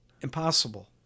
impossible